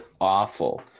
awful